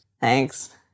Thanks